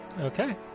okay